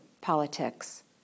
politics